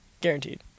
guaranteed